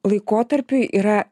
laikotarpiui yra